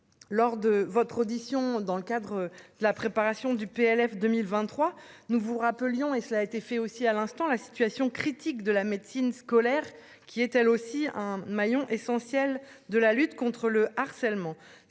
lors de votre audition dans le cadre de la préparation du PLF 2023 nous vous rappelions et cela a été fait aussi à l'instant la situation critique de la médecine scolaire qui est elle aussi un maillon essentiel de la lutte contre le harcèlement,